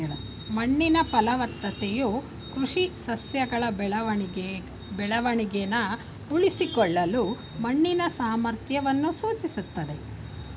ಮಣ್ಣಿನ ಫಲವತ್ತತೆಯು ಕೃಷಿ ಸಸ್ಯಗಳ ಬೆಳವಣಿಗೆನ ಉಳಿಸ್ಕೊಳ್ಳಲು ಮಣ್ಣಿನ ಸಾಮರ್ಥ್ಯವನ್ನು ಸೂಚಿಸ್ತದೆ